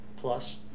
Plus